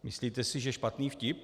Myslíte, že špatný vtip?